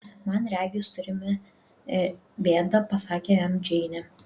man regis turime bėdą pasakė jam džeinė